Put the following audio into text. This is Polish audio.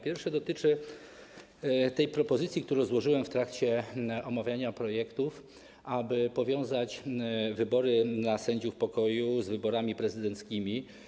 Pierwsze dotyczy propozycji, którą złożyłem w trakcie omawiania projektów, aby powiązać wybory na sędziów pokoju z wyborami prezydenckimi.